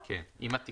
פסקה (4) עם התיקון.